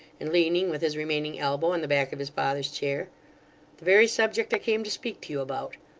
and leaning with his remaining elbow on the back of his father's chair the very subject i came to speak to you about.